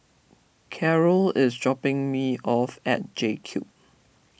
Carrol is dropping me off at J Cube